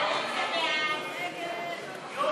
חוק